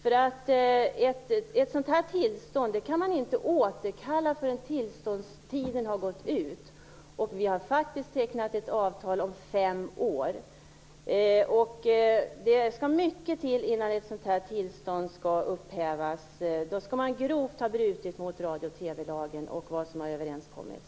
Ett sådant tillstånd kan man inte återkalla förrän tillståndstiden har gått ut, och vi har faktiskt tecknat ett avtal på fem år. Det skall mycket till för att ett sådant tillstånd skall upphävas. Då skall företaget grovt ha brutit mot radiooch TV-lagen och vad som har överenskommits.